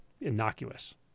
innocuous